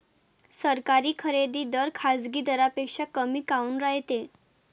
सरकारी खरेदी दर खाजगी दरापेक्षा कमी काऊन रायते?